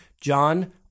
John